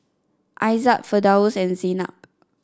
Aizat Firdaus and Zaynab